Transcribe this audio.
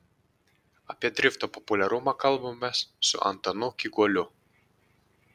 apie drifto populiarumą kalbamės su antanu kyguoliu